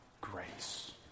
grace